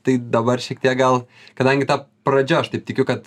tai dabar šiek tiek gal kadangi ta pradžia aš taip tikiu kad